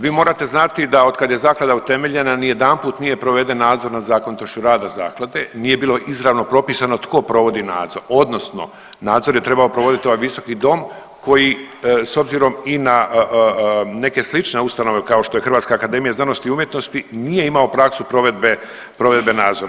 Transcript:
Vi morate znati da od kad je zaklada utemeljena ni jedanput nije proveden nadzor nad zakonitošću rada zaklade, nije bilo izravno propisano tko provodi nadzor odnosno nadzor je trebao provoditi ovaj visoki dom koji s obzirom i na neke slične ustanove kao što je Hrvatska akademija znanosti i umjetnosti nije imao praksu provedbe, provedbe nadzora.